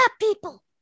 people